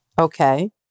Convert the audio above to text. Okay